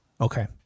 Okay